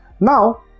Now